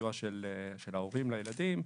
סיוע של ההורים לילדים,